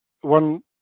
one